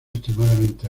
extremadamente